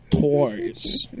toys